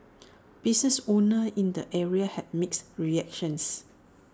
business owners in the area had mixed reactions